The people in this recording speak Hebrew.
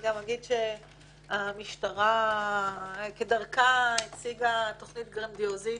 אני גם אגיד שהמשטרה כדרכה הציגה תכנית גרנדיוזית